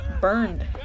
burned